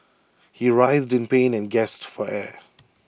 he writhed in pain and gasped for air